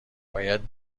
باید